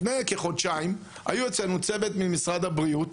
לפני כחודשיים היה אצלנו צוות ממשרד הבריאות,